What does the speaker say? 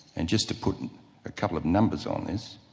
and just to put a couple of numbers on this,